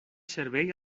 servei